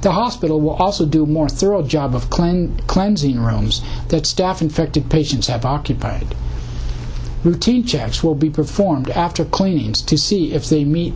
the hospital will also do a more thorough job of cleaning clumsier rooms that staff infected patients have occupied routine checks will be performed after cleanings to see if they meet